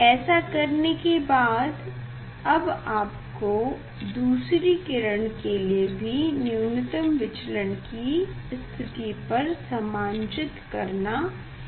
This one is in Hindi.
ऐसा करने के बाद अब आपको दूसरी किरण के लिए भी न्यूनतम विचलन कि स्थिति पर समांजित करना है